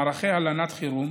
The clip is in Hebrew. מערכי הלנת חירום,